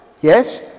yes